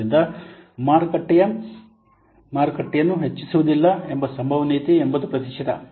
ಆದ್ದರಿಂದ ಮಾರುಕಟ್ಟೆಯು ಮಾರುಕಟ್ಟೆಯನ್ನು ಹೆಚ್ಚಿಸುವುದಿಲ್ಲ ಎಂಬ ಸಂಭವನೀಯತೆಯು 80 ಪ್ರತಿಶತ